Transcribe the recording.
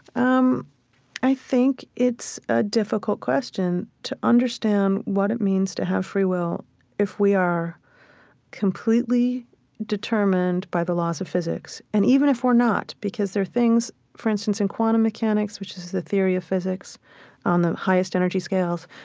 um i think it's a difficult question to understand what it means to have free will if we are completely determined by the laws of physics, and even if we're not. because there are things for instance, in quantum mechanics, which is the theory of physics on the highest energy scales,